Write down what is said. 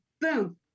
boom